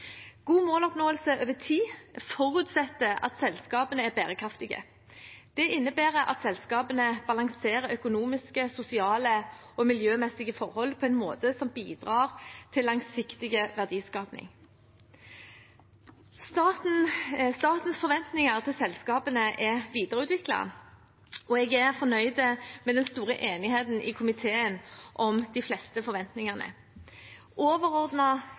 God måloppnåelse over tid forutsetter at selskapene er bærekraftige. Det innebærer at selskapene balanserer økonomiske, sosiale og miljømessige forhold på en måte som bidrar til langsiktig verdiskaping. Statens forventninger til selskapene er videreutviklet, og jeg er fornøyd med den store enigheten i komiteen om de fleste forventningene.